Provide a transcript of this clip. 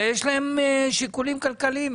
שיש להם שיקולים כלכליים,